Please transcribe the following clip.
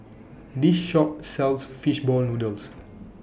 This Shop sells Fish Ball Noodles